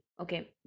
Okay